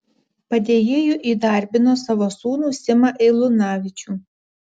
padėjėju įdarbino savo sūnų simą eilunavičių